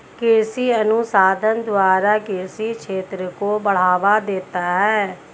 कृषि अनुसंधान द्वारा कृषि क्षेत्र को बढ़ावा देना है